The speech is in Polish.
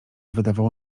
wydawało